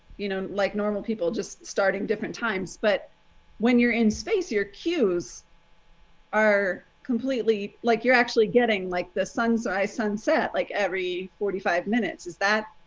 you know, like normal people just starting different times. but when you're in space, your cues are completely like you're actually getting like the sunrise sunset like every forty five minutes. is that